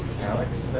alex.